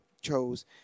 chose